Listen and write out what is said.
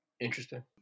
Interesting